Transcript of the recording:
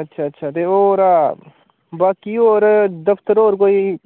अच्छा अच्छा ते होर बाकी होर दफतर होर कोई